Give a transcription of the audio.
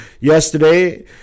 yesterday